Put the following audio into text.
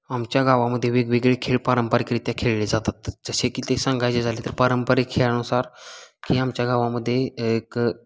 आमच्या गावामध्ये वेगवेगळे खेळ पारंपरिकरित्या खेळले जातात जसे की ते सांगायचे झाले तर पारंपरिक खेळानुसार की आमच्या गावामध्ये एक